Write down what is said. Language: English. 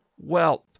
wealth